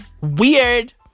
Weird